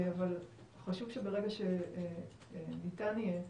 אבל חשוב שברגע שניתן יהיה,